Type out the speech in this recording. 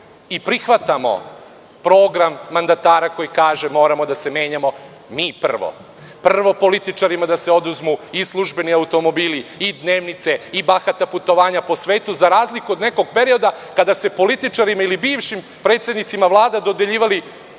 i prihvatamo program mandatara koji kaže – moramo da se menjamo mi prvo, prvo političarima da se oduzmu i službeni automobili i dnevnice i bahata putovanja po svetu, za razliku od nekog perioda kada su se političarima ili bivšim predsednicima vlada dodeljivali